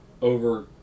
over